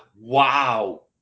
Wow